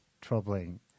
troubling